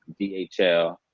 DHL